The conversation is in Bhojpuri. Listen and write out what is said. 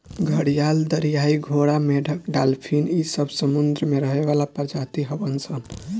घड़ियाल, दरियाई घोड़ा, मेंढक डालफिन इ सब समुंद्र में रहे वाला प्रजाति हवन सन